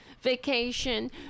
vacation